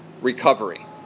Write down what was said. recovery